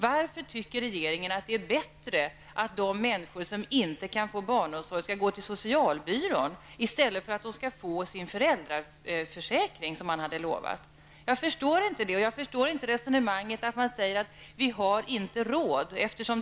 Varför tycker regeringen att det är bättre att de människor, som inte kan få barnomsorg, skall gå till socialbyrån i stället för att de skall få sin föräldraförsäkring, som han hade lovat? Jag förstår inte det. Jag förstår inte heller resonemanget att vi inte har råd.